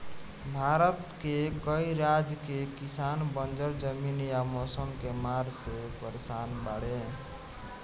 भारत के कई राज के किसान बंजर जमीन या मौसम के मार से परेसान बाड़ेन